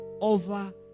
over